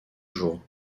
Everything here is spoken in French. jour